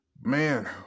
Man